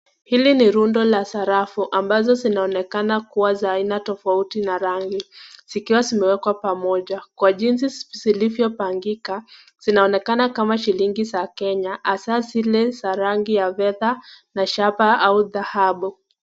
Hili ni rundo la sarafu ambazo zinaonekana kuwa za aina tofauti, rangi zikiwa zimewekwa pamoja kwa jinsi zilivyo pangika, zinaonekana kama shilingi za kenya, hasa zile za rangi ya ledha au dhahabu.